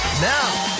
now